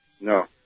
No